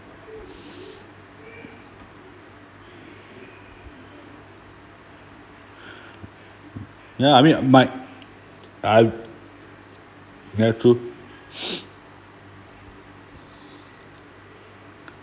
ya I mean might I ya true